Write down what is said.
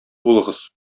булыгыз